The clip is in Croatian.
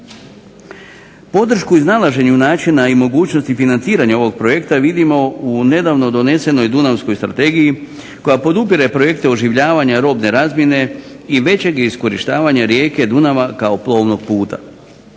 Podršku iznalaženju načina i mogućnosti financiranja ovog projekta vidimo u nedavno donesenoj Dunavskoj strategiji koja podupire projekte oživljavanja robne razmjene i većeg iskorištavanja rijeke Dunava kao plovnog puta.